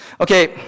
Okay